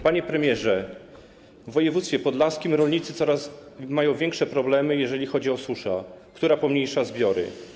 Panie premierze, w województwie podlaskim rolnicy mają coraz większe problemy, jeżeli chodzi o suszę, która pomniejsza zbiory.